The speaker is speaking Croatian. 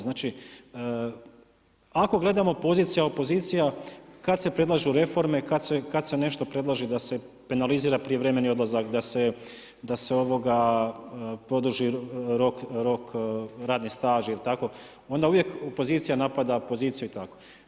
Znači ako gledamo pozicija, opozicija kada se predlažu reforme, kad se nešto predlaže da se penalizira prijevremeni odlazak, da se produži radni staž onda uvijek opozicija napada poziciju i tako.